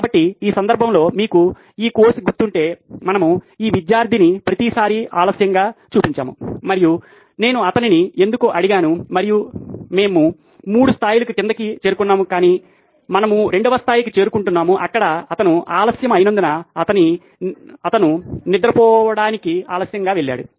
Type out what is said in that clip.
కాబట్టి ఈ సందర్భంలో మీకు ఈ కేసు గుర్తుంటే "మనము ఈ విద్యార్థిని ప్రతిసారీ ఆలస్యంగా చూపించాము మరియు నేను అతనిని మనము 3 స్థాయిలకు క్రిందికి ఎందుకు చేరుకొవాలి అని అడిగాను కాని మనము 2 వ స్థాయికి చేరుకుంటున్నాము అక్కడ అతను ఆలస్యం అయినందున అతను నిద్రపోవడానికి ఆలస్యంగా వెళ్ళాడు